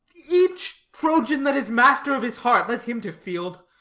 each troyan that is master of his heart, let him to field